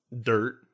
Dirt